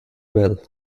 bill